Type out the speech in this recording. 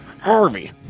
Harvey